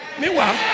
Meanwhile